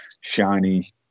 shiny